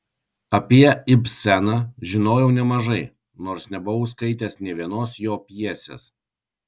apie ibseną žinojau nemažai nors nebuvau skaitęs nė vienos jo pjesės